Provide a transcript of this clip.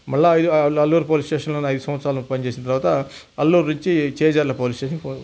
మరల అ అల్లూరి పోలీస్ స్టేషన్లోనే ఐదు సంవత్సరాలు పనిచేసిన తర్వాత అల్లూరు నుంచి చేజర్ల పోలీస్ స్టేషన్కి